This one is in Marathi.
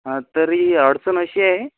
हां तरी अडचण अशी आहे